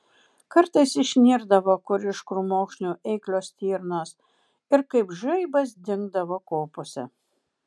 kartais išnirdavo kur iš krūmokšnių eiklios stirnos ir kaip žaibas dingdavo kopose